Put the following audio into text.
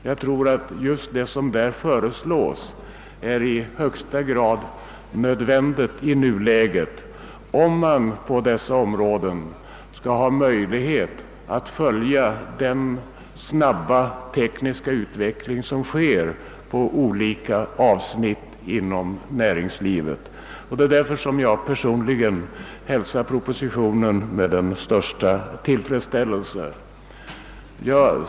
Jag tror att just det som föreslås i propositionen är i högsta grad nödvändigt i dagens läge, om man skall ha möjlighet att följa den snabba tekniska utvecklingen inom olika avsnitt av näringslivet. Det är därför som jag personligen hälsar propositionen med den största tillfredsställelse.